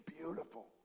beautiful